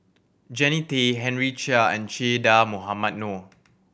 Jannie Tay Henry Chia and Che Dah Mohamed Noor